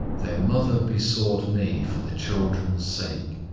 their mother besought me for the children's sake,